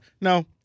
No